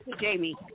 Jamie